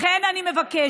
לכן אני מבקשת,